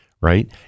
right